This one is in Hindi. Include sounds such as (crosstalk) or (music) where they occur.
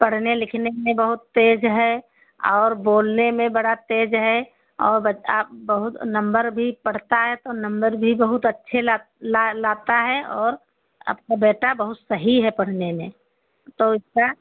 पढ़ने लिखने में बहुत तेज़ है और बोलने में बड़ा तेज़ है और (unintelligible) बहुत नम्बर भी पढ़ता है तो नम्बर भी बहुत अच्छे ला लाता है और आपके बेटा बहुत सही है पढ़ने में तो इसका